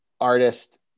artist